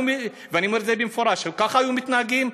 אני אומר את זה במפורש ככה היו מתנהגים?